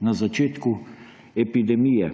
na začetku epidemije.